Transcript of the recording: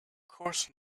course